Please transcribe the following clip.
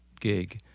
gig